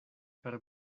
per